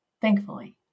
thankfully